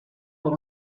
por